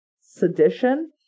Sedition